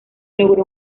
logró